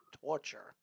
torture